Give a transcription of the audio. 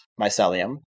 mycelium